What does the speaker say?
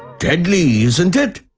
deadly, isn't it?